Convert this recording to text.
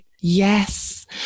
Yes